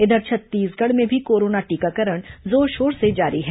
इधर छत्तीसगढ़ में भी कोरोना टीकाकरण जोरशोर से जारी है